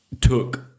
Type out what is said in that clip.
took